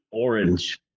Orange